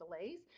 delays